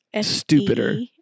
stupider